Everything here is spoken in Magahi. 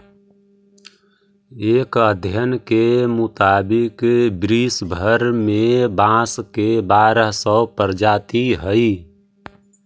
एक अध्ययन के मुताबिक विश्व भर में बाँस के बारह सौ प्रजाति हइ